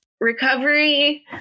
Recovery